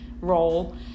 role